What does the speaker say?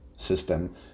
system